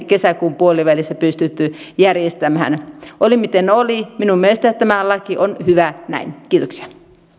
kesäkuun puolivälissä pystytty järjestämään oli miten oli minun mielestäni tämä laki on hyvä näin kiitoksia